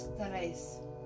tres